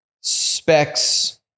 specs